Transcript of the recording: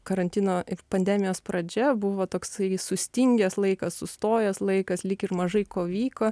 karantino ir pandemijos pradžia buvo toks sustingęs laikas sustojęs laikas lyg ir mažai ko vyko